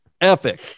Epic